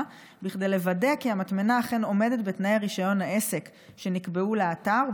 כדי לוודא כי המטמנה אכן עומדת בתנאי רישיון העסק שנקבעו לאתר,